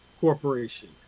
Corporation